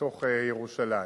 בתוך ירושלים.